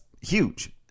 huge